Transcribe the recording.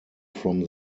from